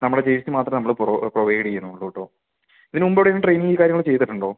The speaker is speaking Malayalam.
നമ്മൾ ജേഷ്സി മാത്രമെ നമ്മൾ പ്രൊ പ്രൊവൈഡ് ചെയ്യുന്നൊള്ളുട്ടോ ഇതിന് മുമ്പ് എവിടെങ്കിലും ട്രെയിനിങ് കാര്യങ്ങൾ ചെയ്തിട്ടുണ്ടോ